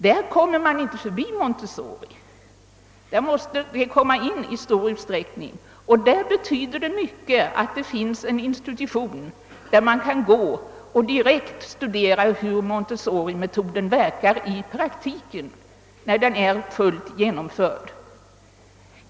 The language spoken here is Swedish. Där kommer man inte förbi montessorimetoden, där måste den komma in i stor utsträckning, och där betyder det mycket att det finns en institution där man direkt kan studera hur metoden verkar i praktiken när den är fullständigt genomförd.